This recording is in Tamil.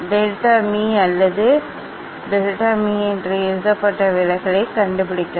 டெல்டா மீ அது டெல்டா மீ என்று எழுதப்பட்ட விலகலைக் கண்டுபிடிக்கவும்